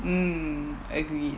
um agreed